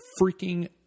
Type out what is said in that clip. freaking